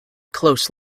close